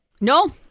No